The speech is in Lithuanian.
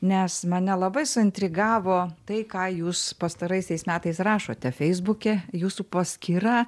nes mane labai suintrigavo tai ką jūs pastaraisiais metais rašote feisbuke jūsų paskyra